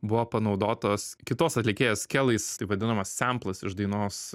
buvo panaudotos kitos atlikėjas kelais taip vadinamas semplas iš dainos